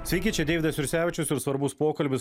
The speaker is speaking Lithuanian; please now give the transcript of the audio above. sveiki čia deividas jursevičius ir svarbus pokalbis